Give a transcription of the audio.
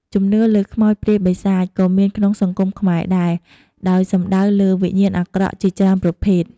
ជំនឿលើ "ខ្មោចព្រាយបីសាច" ក៏មានក្នុងសង្គមខ្មែរដែរ ដោយសំដៅលើវិញ្ញាណអាក្រក់ជាច្រើនប្រភេទ។